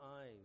eyes